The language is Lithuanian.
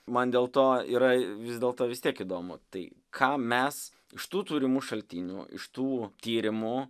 man dėl to yra vis dėlto vis tiek įdomu tai ką mes iš tų turimų šaltinių iš tų tyrimų